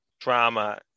drama